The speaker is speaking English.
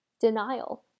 denial